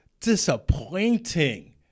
disappointing